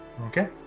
Okay